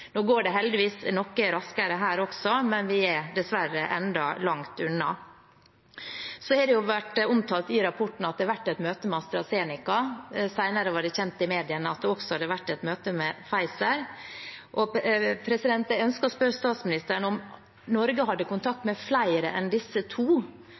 dessverre ennå langt unna. Det har vært omtalt i rapporten at det har vært et møte med AstraZeneca. Senere ble det kjent i mediene at det også hadde vært et møte med Pfizer. Jeg ønsker å spørre statsministeren om Norge hadde kontakt med flere enn disse to,